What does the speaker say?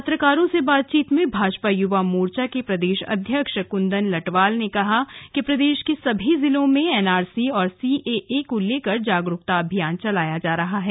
पत्रकारों से बातचीत में भाजपा युवा मोर्चा के प्रदेश अध्यक्ष कुन्दन लटवाल ने कहा कि प्रदेश के सभी जिलों में एनआरसी और और सीएए को लेकर जागरूकता अभियान चलाया जा रहा है